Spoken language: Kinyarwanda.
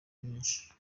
nyinshi